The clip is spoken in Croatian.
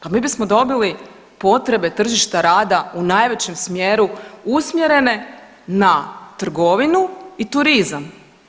Pa mi bismo dobili potrebe tržišta rada u najvećem smjeru usmjerene na trgovinu i turizam.